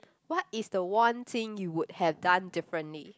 what is the one thing you would have done differently